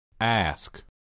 Ask